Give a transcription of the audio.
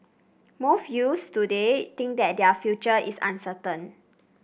most youths today think that their future is uncertain